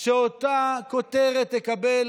אותה כותרת תקבל